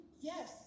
Yes